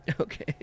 Okay